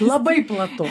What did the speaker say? labai platu